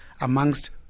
amongst